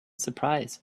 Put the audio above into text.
surprise